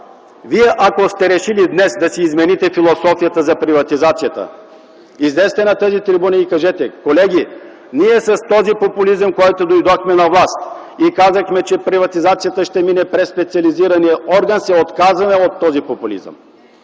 вие днес сте решили да си измените философията за приватизацията, излезте на тази трибуна и кажете: колеги, ние с този популизъм, с който дойдохме на власт и казахме, че приватизацията ще мине през специализирания орган, се отказваме от този популизъм.